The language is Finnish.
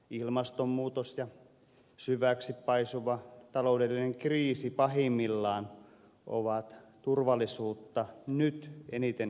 ilmastonmuutos ja syväksi paisuva taloudellinen kriisi pahimmillaan ovat turvallisuutta nyt eniten uhkaavia tekijöitä